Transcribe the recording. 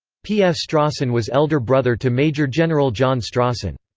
p. f. strawson was elder brother to major general john strawson.